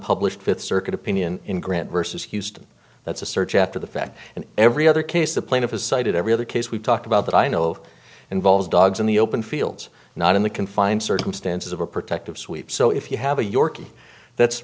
unpublished fifth circuit opinion in grant versus houston that's a search after the fact and every other case the plaintiff has cited every other case we've talked about that i know of involves dogs in the open fields not in the confined circumstances of a protective sweep so if you have a